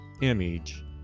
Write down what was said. image